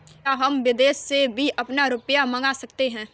क्या हम विदेश से भी अपना रुपया मंगा सकते हैं?